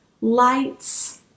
lights